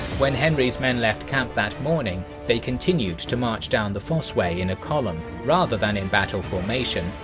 when henry's men left camp that morning, they continued to march down the fosseway in a column, rather than in battle formation,